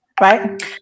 right